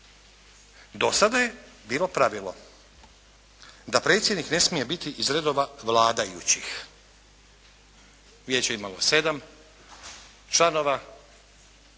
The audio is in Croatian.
Do sada je bilo pravilo da predsjednik ne smije biti iz redova vladajućih. Vijeće je imalo 7 članova,